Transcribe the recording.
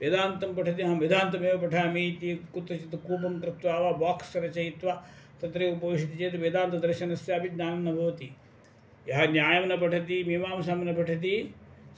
वेदान्तं पठति अहं वेदान्तमेव पठामि इति कुत्रचित् कूपं कृत्वा वा बाक्स् रचयित्वा तत्रैव उपविशति चेत् वेदान्तदर्शनस्यापि ज्ञानं न भवति यः न्यायं न पठति मीमांसां न पठति